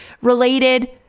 related